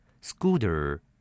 Scooter